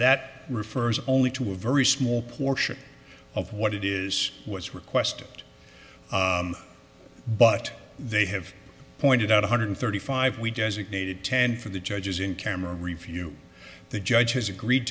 that refers only to a very small portion of what it is was request but they have pointed out one hundred thirty five we designated ten for the judges in camera review the judge has agreed